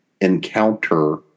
encounter